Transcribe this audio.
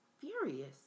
furious